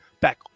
back